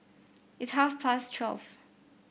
it's half past twelve